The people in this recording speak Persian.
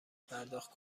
پرداخت